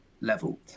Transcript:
level